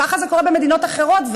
ככה קורה במדינות אחרות,